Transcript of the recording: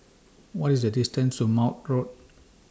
What IS The distance to Maude Road